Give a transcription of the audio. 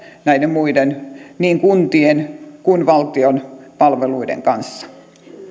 näiden muiden niin kuntien kuin valtion palveluiden kanssa